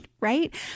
right